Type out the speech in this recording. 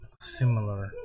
similar